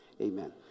amen